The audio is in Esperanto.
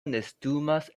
nestumas